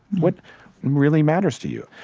what really matters to you?